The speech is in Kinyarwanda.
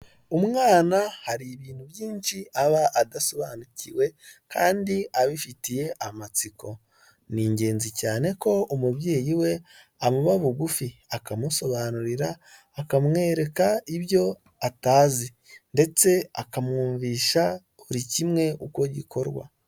Umwana hari ibintu byinshi aba adasobanukiwe kandi abifitiye amatsiko ni ingenzi cyane ko umubyeyi we amuba bugufi akamusobanurira akamwereka ibyo atazi ndetse akamwumvisha buri kimwe uko gikorwa.